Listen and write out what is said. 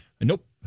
Nope